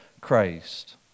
Christ